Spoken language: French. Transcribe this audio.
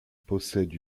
possède